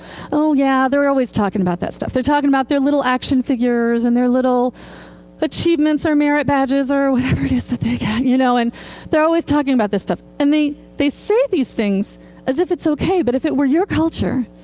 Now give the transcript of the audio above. oh, yeah. they're always talking about that stuff. they're talking about their little action figures and their little achievements or merit badges, or whatever it is that they get. you know and they're always talking about this stuff. and they they say these things as if it's ok. but if it were your culture,